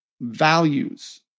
values